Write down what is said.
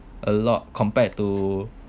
a lot compared to